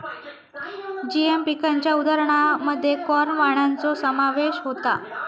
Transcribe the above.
GM पिकांच्या उदाहरणांमध्ये corn वाणांचो समावेश होता